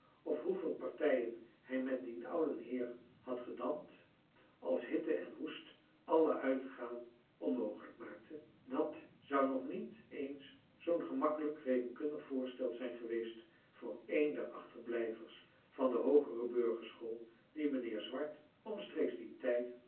kennissen hoeveel partijen hij met dien ouden heer had gedamd als hitte en hoest alle uitgaan onmogelijk maakten dat zou nog niet eens zoo'n gemakkelijk rekenkundig voorstel zijn geweest voor een der achterblijvers van de hoogere burgerschool die mijnheer swart omstreeks dien tijd